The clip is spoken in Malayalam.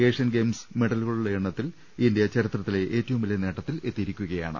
ഏഷ്യൻ ഗെയിംസ് മെഡലുകളുടെ എണ്ണത്തിൽ ഇന്ത്യ ചരിത്രത്തിലെ ഏറ്റവും വലിയ നേട്ടത്തിലെത്തിയിരിക്കുകയാണ്